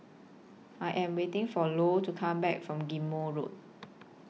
I Am waiting For Lou to Come Back from Ghim Moh Road